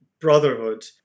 Brotherhood